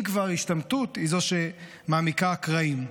אם כבר, ההשתמטות היא זו שמעמיקה קרעים.